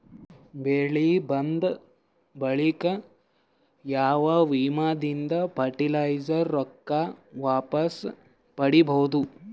ಬೆಳಿ ಬಂದ ಬಳಿಕ ಯಾವ ವಿಮಾ ದಿಂದ ಫರಟಿಲೈಜರ ರೊಕ್ಕ ವಾಪಸ್ ಪಡಿಬಹುದು?